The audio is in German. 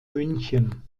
münchen